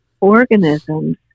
organisms